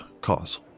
cause